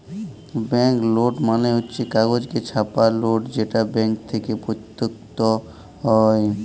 bank note মালে হচ্ছ কাগজে ছাপা লোট যেটা ব্যাঙ্ক থেক্যে প্রস্তুতকৃত হ্যয়